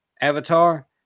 avatar